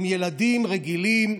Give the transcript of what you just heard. הם ילדים רגילים.